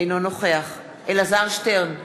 אינו נוכח אלעזר שטרן,